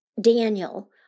Daniel